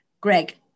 Greg